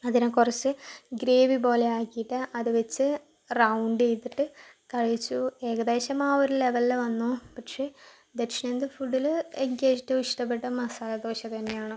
അതിനെ കുറച്ച് ഗ്രേവി പോലെ ആക്കിയിട്ട് അത് വെച്ച് റൗണ്ട് ചെയ്തിട്ട് കഴിച്ചു ഏകദേശം ആ ഒരു ലെവലില് വന്നു പക്ഷെ ദക്ഷിണേന്ത്യൻ ഫുഡ്ഡില് എനിക്ക് ഏറ്റവും ഇഷ്ടപ്പെട്ട മസാല ദോശ തന്നെയാണ്